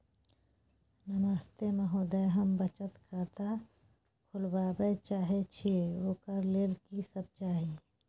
नमस्ते महोदय, हम बचत खाता खोलवाबै चाहे छिये, ओकर लेल की सब चाही?